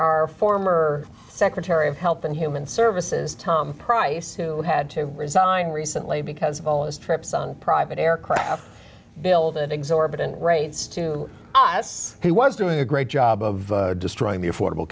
our former secretary of health and human services tom price who had to resign recently because of all his trips on private aircraft bill that exorbitant rates to us he was doing a great job of destroying the affordable